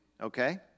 Okay